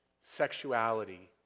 sexuality